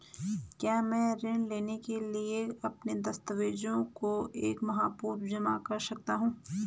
क्या मैं ऋण लेने के लिए अपने दस्तावेज़ों को एक माह पूर्व जमा कर सकता हूँ?